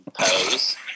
pose